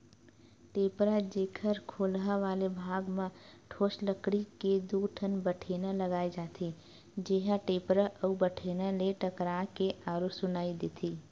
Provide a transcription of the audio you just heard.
टेपरा, जेखर खोलहा वाले भाग म ठोस लकड़ी के दू ठन बठेना लगाय जाथे, जेहा टेपरा अउ बठेना ले टकरा के आरो सुनई देथे